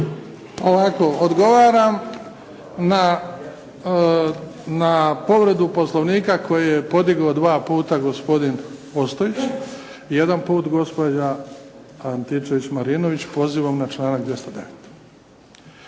Ovako, odgovaram na povredu Poslovnika koji je podigao dva puta gospodin Ostojić i jedan put gospođa Antičević Marinović, pozivom na članak 209.